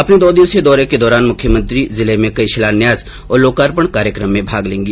अपने दो दिवसीय दौरे के दौरान मुख्यमंत्री जिले में कई शिलान्यास और लोकार्पण कार्यक्रम में भाग लेंगी